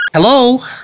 hello